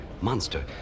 monster